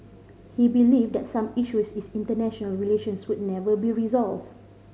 he believed that some issues in international relations would never be resolved